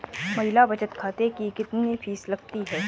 महिला बचत खाते की कितनी फीस लगती है?